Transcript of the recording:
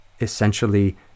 essentially